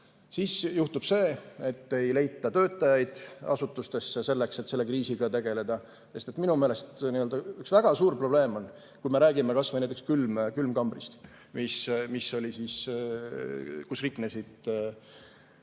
Siis juhtub see, et ei leita töötajaid asutustesse selleks, et selle kriisiga tegeleda. Minu meelest üks väga suur probleem on see: kui me räägime kas või näiteks külmkambrist, kus riknesid